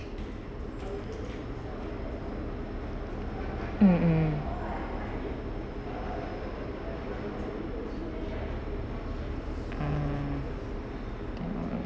mm mm mm mm